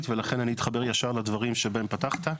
ולכן אני אתחבר ישר לדברים שבהם פתחת.